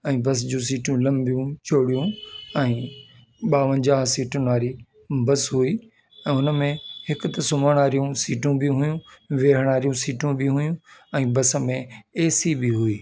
ऐं बस जूं सीटूं लंबियूं चौड़ियूं आहे ॿावंजाह सीटनि वारी बस हुई ऐं हुनमें हिकु त सुम्हणु वारियूं सीटूं बि हुइयूं वेहण वारियूं सीटियूं बि हुइयूं ऐं बस में एसी बि हुई